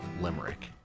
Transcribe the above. limerick